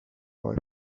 boy